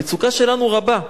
המצוקה שלנו רבה.